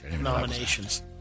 nominations